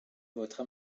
votre